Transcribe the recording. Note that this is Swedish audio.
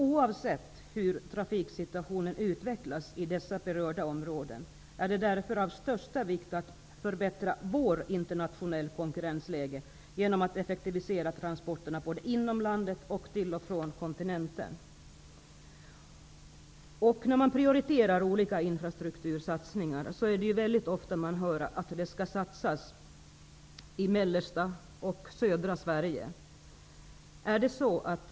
Oavsett hur trafiksituationen utvecklas i berörda områden är det därför av största vikt att förbättra vårt internationella konkurrensläge genom att effektivisera transporterna såväl inom landet som till och från kontinenten. När olika infrastruktursatsningar prioriteras, hör man väldigt ofta att det skall satsas i mellersta och i södra Sverige.